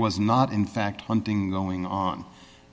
was not in fact hunting going on